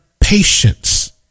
patience